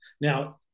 Now